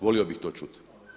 Volio bih to čuti.